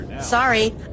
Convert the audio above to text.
Sorry